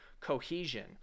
cohesion